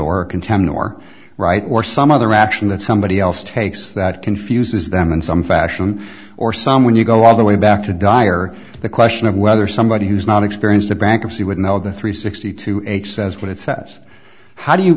or contempt or right or some other action that somebody else takes that confuses them in some fashion or some when you go all the way back to dire the question of whether somebody who's not experienced a bankruptcy would know the three sixty two age says what it says how do you